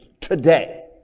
today